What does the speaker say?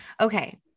Okay